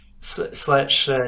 slash